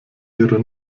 ihre